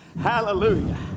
Hallelujah